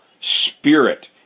spirit